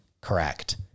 Correct